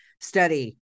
study